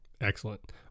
Excellent